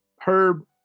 Herb